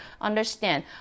understand